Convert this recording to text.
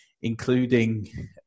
including